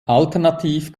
alternativ